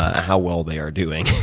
ah how well they are doing.